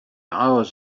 hours